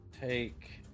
take